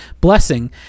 blessing